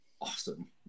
Awesome